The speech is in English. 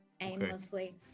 aimlessly